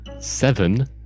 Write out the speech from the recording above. Seven